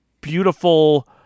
beautiful